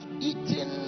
eaten